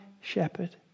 shepherd